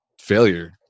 Failure